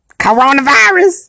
coronavirus